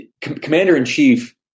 commander-in-chief